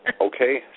Okay